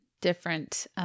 different